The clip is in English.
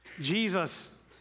Jesus